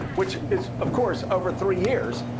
which is of course over three years,